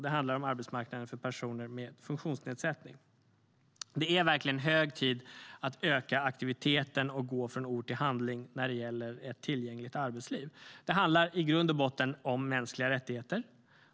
Det handlar om arbetsmarknaden för personer med funktionsnedsättning. Det är verkligen hög tid att öka aktiviteten och gå från ord till handling när det gäller ett tillgängligt arbetsliv. Det handlar i grund och botten om mänskliga rättigheter.